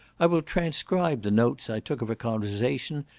i will transcribe the notes i took of a conversation,